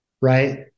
right